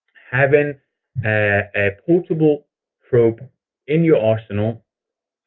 having a portable probe in your arsenal